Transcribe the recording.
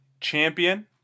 champion